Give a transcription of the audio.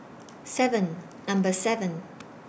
seven Number seven